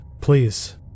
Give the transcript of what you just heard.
Please